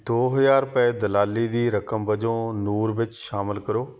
ਦੋ ਹਜ਼ਾਰ ਰੁਪਏ ਦਲਾਲੀ ਦੀ ਰਕਮ ਵਜੋਂ ਨੂਰ ਵਿੱਚ ਸ਼ਾਮਲ ਕਰੋ